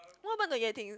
what happen to Yue-Ting